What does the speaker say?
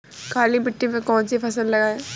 काली मिट्टी में कौन सी फसल लगाएँ?